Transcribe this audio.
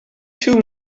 too